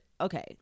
okay